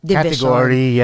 category